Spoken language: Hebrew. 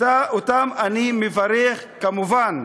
אותם אני מברך, כמובן,